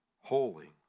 holy